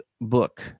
book